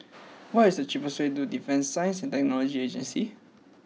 what is the cheapest way to Defence Science and Technology Agency